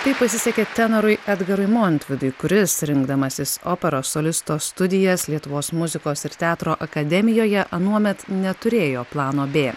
taip pasisekė tenorui edgarui montvidui kuris rinkdamasis operos solisto studijas lietuvos muzikos ir teatro akademijoje anuomet neturėjo plano bė